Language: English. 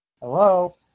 Hello